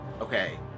Okay